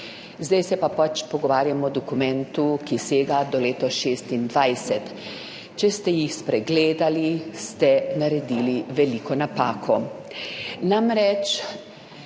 zdaj se pa pač pogovarjamo o dokumentu, ki sega do leto šestindvajset. Če ste jih spregledali, ste naredili veliko napako.